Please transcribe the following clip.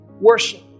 worship